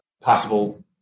possible